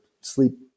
sleep